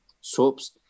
soaps